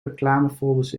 reclamefolders